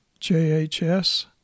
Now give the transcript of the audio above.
JHS